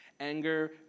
Anger